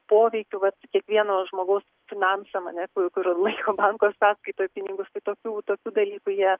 poveikių kiekvieno žmogaus finansam ane kur kur laiko banko sąskaitoj pinigus tai tokių tokių dalykų jie